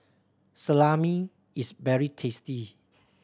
salami is very tasty